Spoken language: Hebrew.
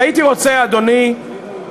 והייתי רוצה, אדוני,